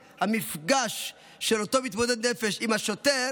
המפגש של אותו מתמודד נפש עם השוטר